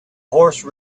horse